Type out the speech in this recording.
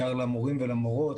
בעיקר למורים ולמורות,